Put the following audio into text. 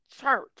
church